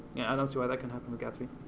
i don't see why that can't happen with gatsby.